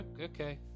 okay